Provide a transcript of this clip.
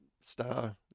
star